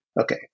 Okay